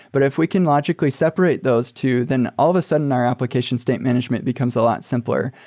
but if we can logically separate those two, then all of a sudden our application state management becomes a lot simpler.